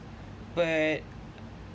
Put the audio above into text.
but